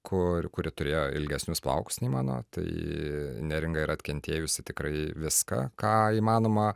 kur kuri turėjo ilgesnius plaukus nei mano tai neringa yra atkentėjusi tikrai viską ką įmanoma